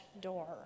door